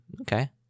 Okay